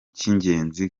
cy’ingenzi